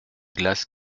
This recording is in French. glace